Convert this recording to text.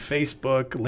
Facebook